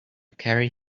carry